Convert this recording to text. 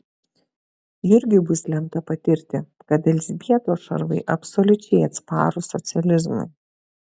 jurgiui bus lemta patirti kad elzbietos šarvai absoliučiai atsparūs socializmui